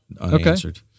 unanswered